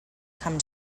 come